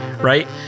right